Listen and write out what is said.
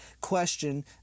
question